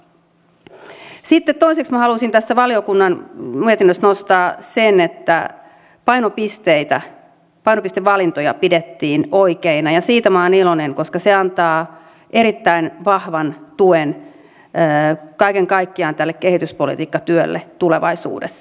sitten toiseksi minä haluaisin tästä valiokunnan mietinnöstä nostaa sen että painopistevalintoja pidettiin oikeina ja siitä minä olen iloinen koska se antaa erittäin vahvan tuen kaiken kaikkiaan tälle kehityspolitiikkatyölle tulevaisuudessa